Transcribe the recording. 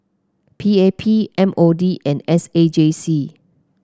P A P M O D and S A J C